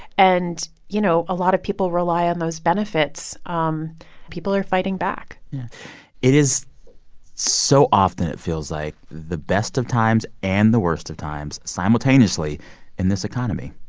and, you know, a lot of people rely on those benefits. um people are fighting back it is so often it feels like the best of times and the worst of times simultaneously in this economy.